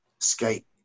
escape